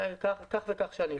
אני שם כך וכך שנים.